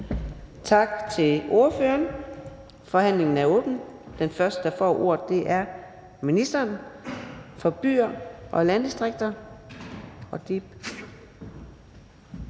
forslagsstillerne. Forhandlingen er åbnet. Den første, der får ordet, er ministeren for byer og landdistrikter.